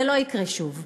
זה לא יקרה שוב.